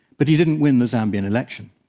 but he didn't win the zambian election.